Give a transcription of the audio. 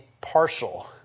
partial